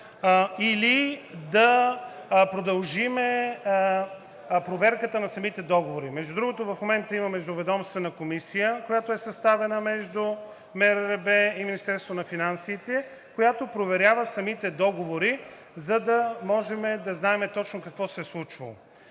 или да продължим проверката на самите договори. Между другото, в момента има междуведомствена комисия, която е съставена между МРРБ и Министерството на финансите, която проверява самите договори, за да можем да знаем точно какво се е случвало.